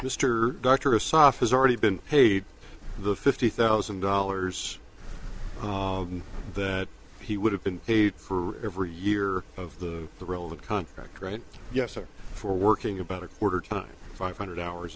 has already been paid the fifty thousand dollars that he would have been paid for every year of the the role of contract right yes or for working about a quarter time five hundred hours